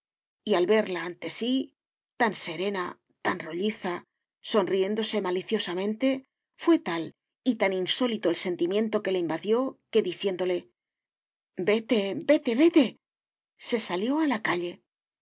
y al verla ante sí tan serena tan rolliza sonriéndose maliciosamente fué tal y tan insólito el sentimiento que le invadió que diciéndole vete vete vete se salió a la calle